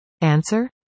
Answer